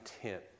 content